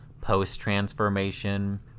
post-transformation